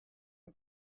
all